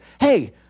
hey